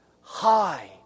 high